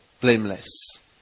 blameless